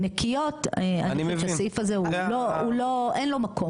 נקיות, הסעיף הזה הוא לא, אין לו מקום.